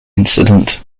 incident